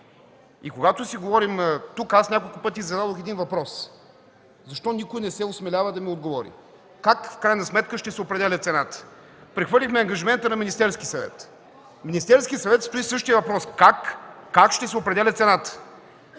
Когато си говорихме тук, няколко пъти зададох един въпрос – защо никой не се осмелява да ми отговори как в крайна сметка ще се определя цената? Прехвърлихме ангажимента на Министерския съвет. Пред него стои същият въпрос – как ще се определя цената?